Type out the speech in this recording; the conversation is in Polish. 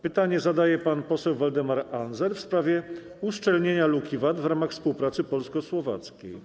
Pytanie zadaje pan poseł Waldemar Andzel w sprawie uszczelniania luki VAT w ramach współpracy polsko-słowackiej.